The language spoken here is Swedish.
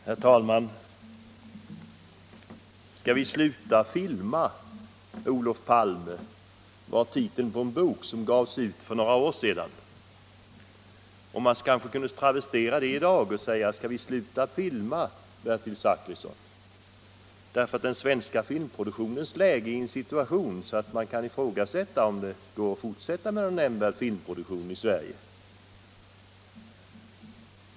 Herr talman! ”Skall vi sluta filma, Olof Palme?” var titeln på en bok som gavs ut för några år sedan. Man kanske kan travestera detta i dag och fråga: Skall vi sluta filma, Bertil Zachrisson? Den svenska filmproduktionen befinner sig nämligen i en sådan situation att man kan fråga sig om det går att fortsätta med någon nämnvärd filmproduktion i Sverige.